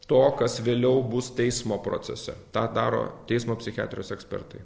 to kas vėliau bus teismo procese tą daro teismo psichiatrijos ekspertai